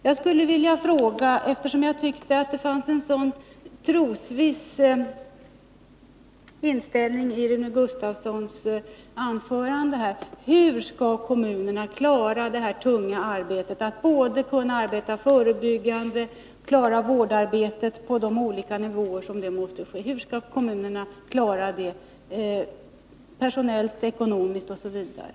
Jag skulle vilja fråga, eftersom jag tyckte att det fanns en så trosviss inställning i Rune Gustavssons anförande: Hur skall kommunerna, personellt, ekonomiskt osv., klara det tunga uppdraget att både arbeta förebyggande och klara vårdarbetet på de olika nivåer som nu måste ske?